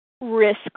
risk